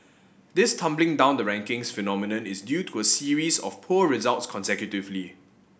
this tumbling down the rankings phenomenon is due to a series of poor results consecutively